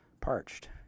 parched